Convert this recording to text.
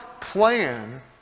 plan